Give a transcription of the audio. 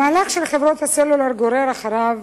המהלך של חברות הסלולר גורר אחריו